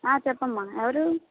చెప్పమ్మా ఎవరు